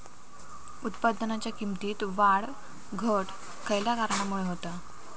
उत्पादनाच्या किमतीत वाढ घट खयल्या कारणामुळे होता?